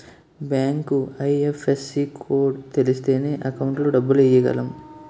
bank IFSC code తెలిస్తేనే account లో డబ్బులు ఎయ్యగలం